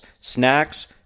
snacks